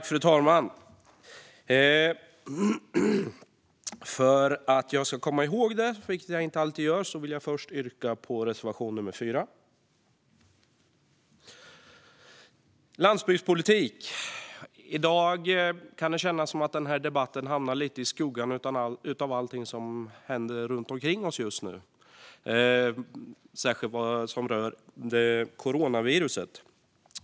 Fru talman! För att jag ska komma ihåg att göra det, vilket jag inte alltid gör, vill jag först yrka bifall till reservation nr 4. Landsbygdspolitik handlar den här debatten om. I dag kan det kännas som att den hamnar lite i skuggan av allting som händer runt omkring oss just nu, särskilt det som rör coronaviruset.